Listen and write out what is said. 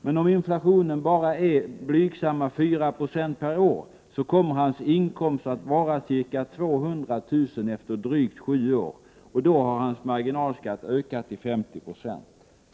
Men om inflationen bara är blygsamma 4 96 per år kommer hans inkomst att vara ca 200 000 kr. efter drygt sju år, och då har hans marginalskatt ökat till 50 20.